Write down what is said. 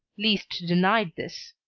liszt denied this.